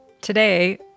Today